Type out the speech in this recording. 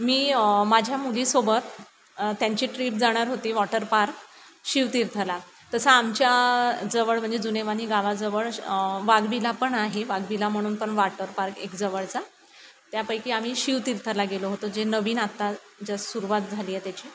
मी माझ्या मुलीसोबत त्यांची ट्रीप जाणार होती वॉटर पार्क शिवतीर्थला तसं आमच्या जवळ म्हणजे जुनेवानी गावाजवळ वाघबिला पण आहे वाघबिला म्हणून पण वाटर पार्क एक जवळचा त्यापैकी आम्ही शिवतीर्थला गेलो होतो जे नवीन आत्ता जस सुरुवात झाली आहे त्याची